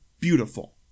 beautiful